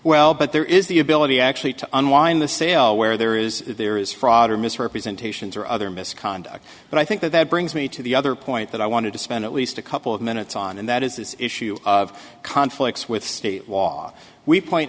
well but there is the ability actually to unwind the seo where there is there is fraud or misrepresentations or other misconduct but i think that that brings me to the other point that i wanted to spend at least a couple of minutes on and that is this issue of conflicts with state law we point